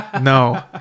No